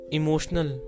emotional